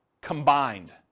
combined